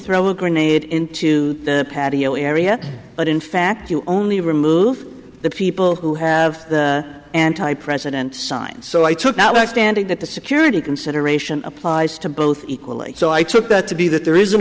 throw a grenade into the patio area but in fact you only remove the people who have the anti president sign so i took now that standing that the security consideration applies to both equally so i took that to be that there is an